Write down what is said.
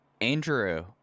Andrew